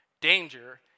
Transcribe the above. Danger